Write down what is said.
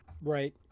Right